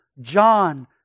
John